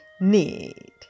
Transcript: need